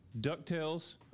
DuckTales